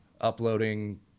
uploading